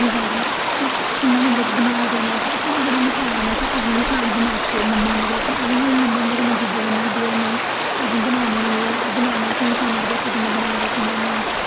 बगैरा बगैरा ते कियां मतलब बना दे न ते स्हानू बड़ा चाऽ आंदा कि स्हानू बी कुदै बनाचै ते असें बी मम्मा हुंदे कन्नै जिद्द करनी कि असें बनानी एह् बनाना ते स्हानू बी दस्सो कि कियां तुस बना दे एह्